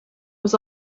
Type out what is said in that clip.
was